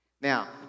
Now